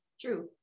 True